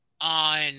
on